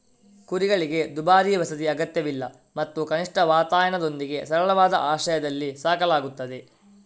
ಕುರಿಗಳಿಗೆ ದುಬಾರಿ ವಸತಿ ಅಗತ್ಯವಿಲ್ಲ ಮತ್ತು ಕನಿಷ್ಠ ವಾತಾಯನದೊಂದಿಗೆ ಸರಳವಾದ ಆಶ್ರಯದಲ್ಲಿ ಸಾಕಲಾಗುತ್ತದೆ